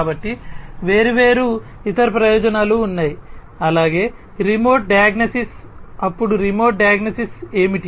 కాబట్టి వేర్వేరు ఇతర ప్రయోజనాలు ఉన్నాయి అలాగే రిమోట్ డయాగ్నసిస్ అప్పుడు రిమోట్ డయాగ్నసిస్ ఏమిటి